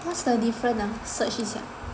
what's the difference ah search 一下